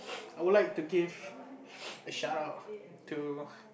I would like to give a shout out to